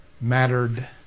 mattered